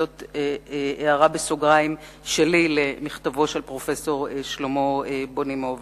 זו הערה שלי בסוגריים למכתבו של פרופסור שלמה בונימוביץ.